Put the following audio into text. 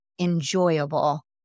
enjoyable